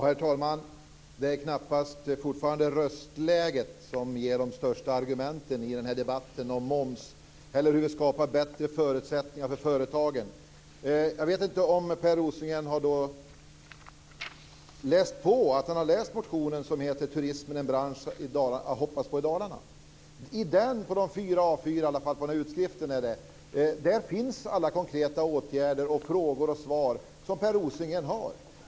Herr talman! Det är fortfarande knappast röstläget som ger de starkaste argumenten i den här debatten om moms. Det gäller att skapa bättre förutsättningar för företagen. Jag vet inte om Per Rosengren har läst motionen om att turismen är en bransch att hoppas på i Dalarna. Min utskrift består av fyra sidor, och i den finns alla konkreta åtgärder och frågor och svar som Per Rosengren vill ha.